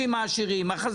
יש לדאוג למפעלים.